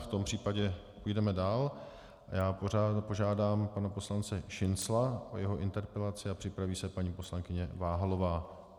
V tom případě půjdeme dál a já požádám pana poslance Šincla o jeho interpelaci a připraví se paní poslankyně Váhalová.